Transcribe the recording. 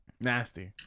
Nasty